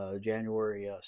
January